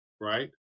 right